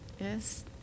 yes